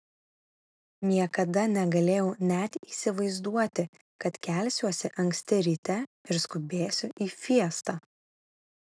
niekada negalėjau net įsivaizduoti kad kelsiuosi anksti ryte ir skubėsiu į fiestą